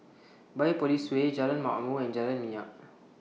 Biopolis Way Jalan Ma'mor and Jalan Minyak